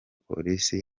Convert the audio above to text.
polisi